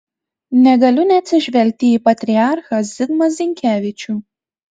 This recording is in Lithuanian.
negaliu neatsižvelgti į patriarchą zigmą zinkevičių